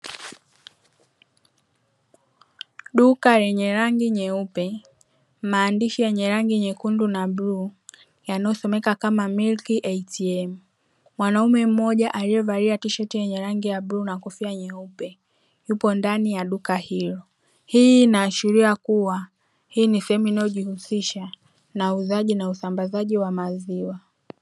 Duka lenye rangi nyeupe, maandishi yenye rangi nyekundu na bluu yanayosomeka kama "milk ATM" , mwanaume mmoja aliyevalia tisheti yenye rangi ya bluu na kofia nyeupe, yupo ndani ya duka hilo, hii inaashiria kuwa hii ni sehemu inayojihusisha na uuzaji na usambazaji wa maziwa.